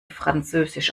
französisch